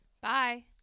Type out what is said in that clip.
Bye